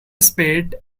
speed